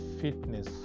fitness